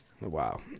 Wow